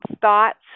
thoughts